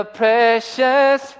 precious